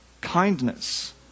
kindness